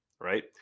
Right